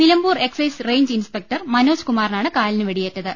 Nilambur excise range inspector Manoj കുമാറിനാണ് കാലിന് വെടിയേറ്റത്